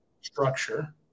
structure